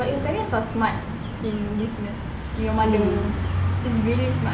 but your parents are smart in business your mother she's really smart